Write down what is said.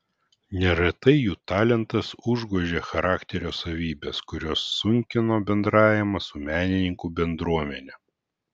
neretai jų talentas užgožė charakterio savybes kurios sunkino bendravimą su menininkų bendruomene